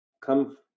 come